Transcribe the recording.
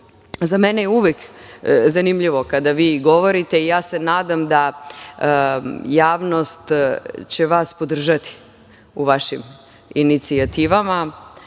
za mene je uvek zanimljivo kada vi govorite i ja se nadam da javnost će vas podržati u vašim inicijativama,